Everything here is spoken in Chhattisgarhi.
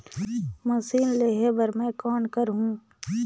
मशीन लेहे बर मै कौन करहूं?